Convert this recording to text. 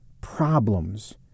problems